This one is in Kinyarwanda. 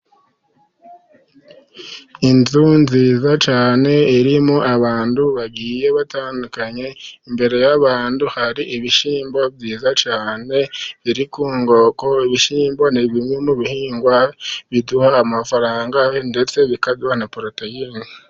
Inzu nziza cyane irimo abantu bagiye batandukanye ,imbere y'abantu hari ibishyimbo byiza cyane biri ku nkoko. Ibishyimbo ni bimwe mu bihingwa biduha amafaranga, ndetse bikaduha na poroteyine.